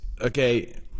okay